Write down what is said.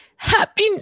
Happy